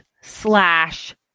slash